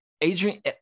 adrian